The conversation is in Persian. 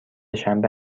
شنبه